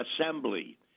assembly